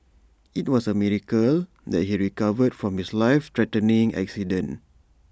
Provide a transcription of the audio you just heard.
IT was A miracle that he recovered from his life threatening accident